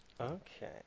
Okay